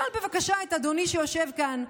תשאל בבקשה את אדוני שיושב כאן,